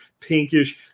pinkish